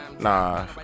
nah